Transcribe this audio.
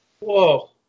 Whoa